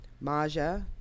Maja